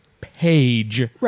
page